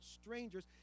strangers